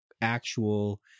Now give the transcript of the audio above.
actual